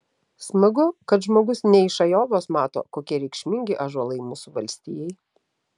smagu kad žmogus ne iš ajovos mato kokie reikšmingi ąžuolai mūsų valstijai